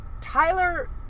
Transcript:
Tyler